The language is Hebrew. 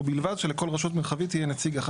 ובלבד שלכל רשות מרחבית יהיה נציג אחד